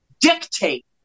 dictate